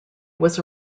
was